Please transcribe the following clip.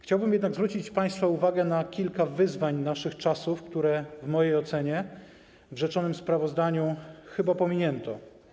Chciałbym jednak zwrócić państwa uwagę na kilka wyzwań naszych czasów, które w mojej ocenie w rzeczonym sprawozdaniu chyba pominięto.